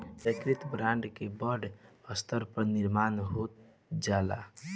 वैयक्तिक ब्रांड के बड़ स्तर पर निर्माण हो जाला